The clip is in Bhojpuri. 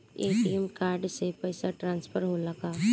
ए.टी.एम कार्ड से पैसा ट्रांसफर होला का?